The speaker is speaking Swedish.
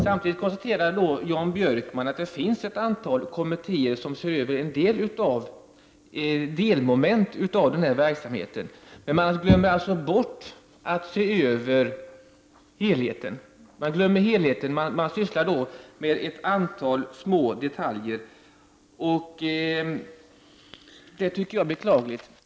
Samtidigt konstaterar Jan Björkman att det finns ett antal kommittéer som ser över vissa delmoment beträffande den här verksamheten. Men man glömmer bort att se till helheten. Man sysslar alltså i stället med ett antal små detaljer, och det är beklagligt.